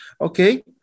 Okay